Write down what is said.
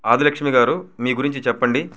ఆదిలక్ష్మి గారు మీ గురించి చెప్పండి